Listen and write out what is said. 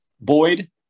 Boyd